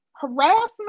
harassment